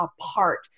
apart